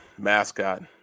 mascot